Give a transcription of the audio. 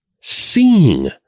seeing